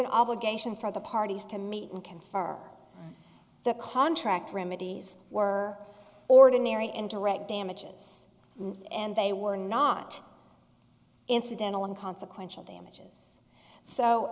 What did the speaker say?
an obligation for the parties to meet and can far the contract remedies were ordinary and direct damages and they were not incidental in consequential damages so